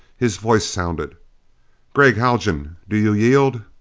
his voice sounded gregg haljan, do you yield?